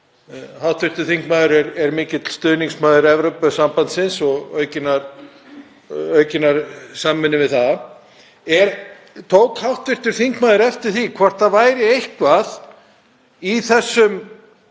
að hv. þingmaður er mikill stuðningsmaður Evrópusambandsins og aukinnar samvinnu við það. Tók hv. þingmaður eftir því hvort það væri eitthvað í þessum